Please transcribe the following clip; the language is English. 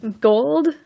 gold